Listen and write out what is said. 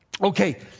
Okay